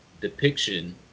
depiction